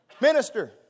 Minister